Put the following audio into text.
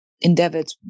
endeavoured